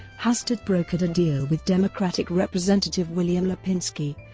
hastert brokered a deal with democratic representative william lipinski,